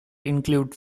include